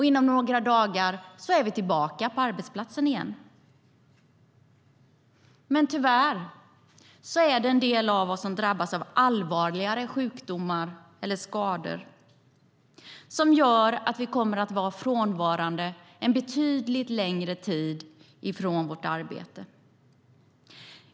Inom några dagar är vi tillbaka på arbetsplatsen igen. Men tyvärr drabbas en del av oss av allvarligare sjukdomar eller skador som gör att vi kommer att vara frånvarande en betydligt längre tid från vårt arbete.